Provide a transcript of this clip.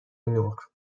نور